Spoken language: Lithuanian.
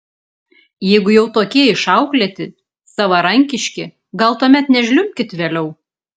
jeigu jau tokie išauklėti savarankiški gal tuomet nežliumbkit vėliau